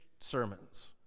sermons